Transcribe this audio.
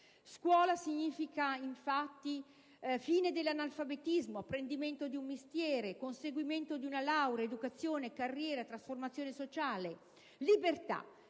Scuola significa infatti lotta all'analfabetismo, apprendimento di un mestiere, conseguimento di una laurea, educazione, carriera, trasformazione sociale, libertà.